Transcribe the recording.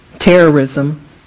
terrorism